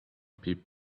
people